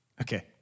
Okay